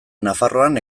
nafarroan